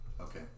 Okay